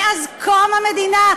מאז קום המדינה,